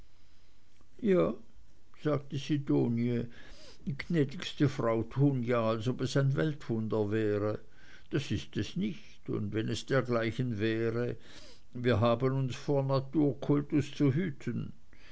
ja sagte sidonie gnädigste frau tun ja als ob es ein weltwunder wäre das ist es nicht und wenn es dergleichen wäre wir haben uns vor naturkultus zu hüten